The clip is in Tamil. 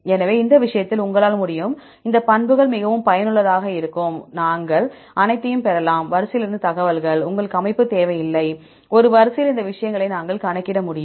எனவே இந்த விஷயத்தில் உங்களால் முடியும் இந்த பண்புகள் மிகவும் பயனுள்ளதாக இருக்கும் நாங்கள் அனைத்தையும் பெறலாம் வரிசையிலிருந்து தகவல் உங்களுக்கு அமைப்பு தேவையில்லை ஒரு வரிசையில் இந்த விஷயங்களை நாங்கள் கணக்கிட முடியும்